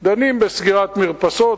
דנים בסגירת מרפסות.